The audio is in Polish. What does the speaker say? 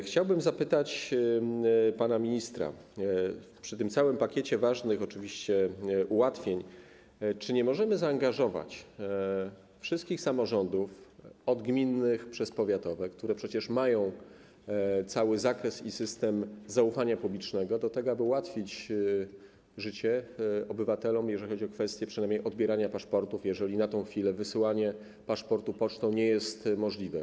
Chciałbym zapytać pana ministra, przy tym całym pakiecie ważnych oczywiście ułatwień, czy nie możemy zaangażować wszystkich samorządów, od gminnych przez powiatowe, które przecież mają cały zakres i system zaufania publicznego, do tego, aby ułatwić życie obywatelom, jeżeli chodzi o kwestie przynajmniej odbierania paszportów, jeżeli na tę chwilę wysyłanie paszportu pocztą nie jest możliwe.